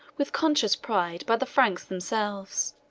with conscious pride, by the franks themselves,